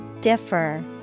Differ